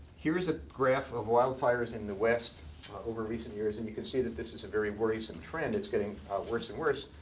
here's a graph of wildfires in the west over recent years, and you can see that this is a very worrisome trend. it's getting worse and worse.